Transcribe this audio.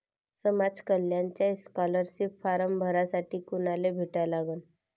समाज कल्याणचा scholarship form भरासाठी कुनाले भेटा लागन?